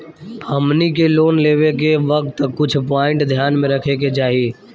हमनी के लोन लेवे के वक्त कुछ प्वाइंट ध्यान में रखे के चाही